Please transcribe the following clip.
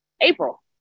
April